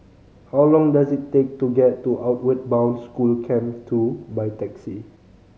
how long does it take to get to Outward Bound School Camp Two by taxi